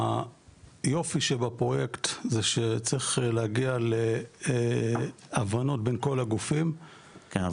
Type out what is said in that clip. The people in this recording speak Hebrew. היופי שבפרויקט זה שצריך להגיע להבנות בין כל הגופים --- כן,